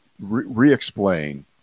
re-explain